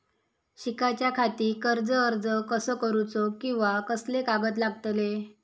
शिकाच्याखाती कर्ज अर्ज कसो करुचो कीवा कसले कागद लागतले?